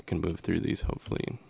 i can move through these hopefully